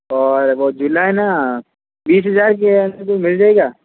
और वो झूला है ना बीस हजार के अंदर मिल जाएगा